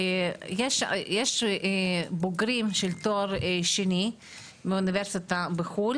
יש בוגרים של תואר שני מאוניברסיטה בחו"ל